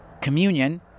communion